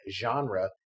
genre